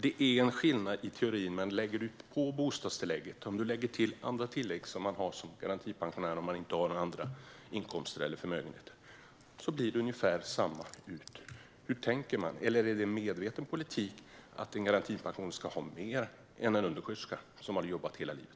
Det är en skillnad i teorin, men lägger man på bostadstillägget och andra tillägg som garantipensionärer utan andra inkomster eller förmögenheter har blir det ungefär detsamma. Hur har man tänkt? Är det medveten politik att en garantipensionär ska ha mer än en undersköterska som har jobbat hela livet?